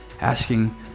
asking